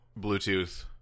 Bluetooth